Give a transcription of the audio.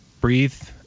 Breathe